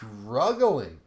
struggling